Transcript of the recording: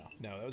no